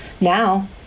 now